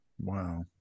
wow